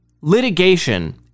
litigation